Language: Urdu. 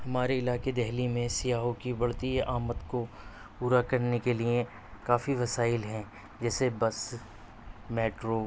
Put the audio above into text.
ہمارے علاقے دہلی میں سیاحوں کی بڑھتی آمد کو پورا کرنے کے لئے کافی وسائل ہیں جیسے بس میٹرو